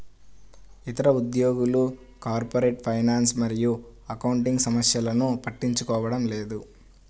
ఇతర ఉద్యోగులు corporate finance మరియు అకౌంటింగ్ సమస్యలను పట్టించుకోవడం లేదు